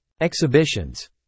Exhibitions